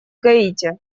гаити